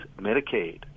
Medicaid